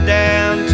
down